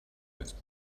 its